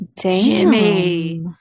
Jimmy